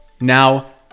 Now